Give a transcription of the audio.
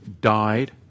died